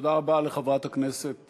תודה רבה לחברת הכנסת